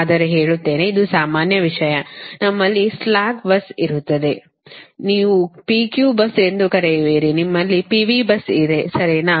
ಆದರೆ ಹೇಳುತ್ತೇನೆ ಇದು ಸಾಮಾನ್ಯ ವಿಷಯ ನಮ್ಮಲ್ಲಿ ಸ್ಲಾಕ್ bus ಬರುತ್ತದೆ ನೀವು P Q bus ಎಂದು ಕರೆಯುವಿರಿ ನಿಮ್ಮ ಬಳಿ PV bus ಇದೆ ಸರಿನಾ